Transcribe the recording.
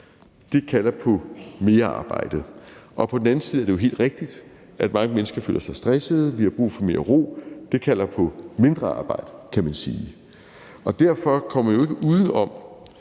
Det kalder på mere arbejde. Og på den anden side er det jo helt rigtigt, at mange mennesker føler sig stressede, og at vi har brug for meget ro. Det kalder på mindre arbejde, kan man sige. Derfor kommer vi jo ikke uden om,